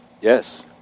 Yes